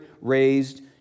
raised